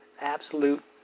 absolute